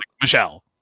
Michelle